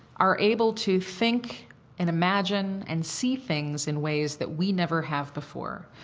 are able to think and imagine and see things in ways that we never have before,